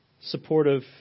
supportive